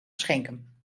schenken